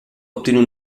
obtenir